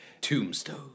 Tombstone